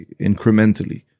incrementally